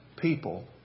people